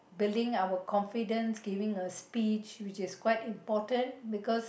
building our confidence giving a speech which is quite important because